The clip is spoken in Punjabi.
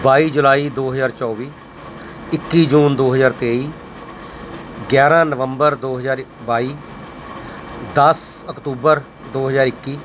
ਬਾਈ ਜੁਲਾਈ ਦੋ ਹਜ਼ਾਰ ਚੌਵੀ ਇੱਕੀ ਜੂਨ ਦੋ ਹਜ਼ਾਰ ਤੇਈ ਗਿਆਰਾਂ ਨਵੰਬਰ ਦੋ ਹਜ਼ਾਰ ਬਾਈ ਦਸ ਅਕਤੂਬਰ ਦੋ ਹਜ਼ਾਰ ਇੱਕੀ